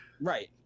Right